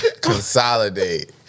Consolidate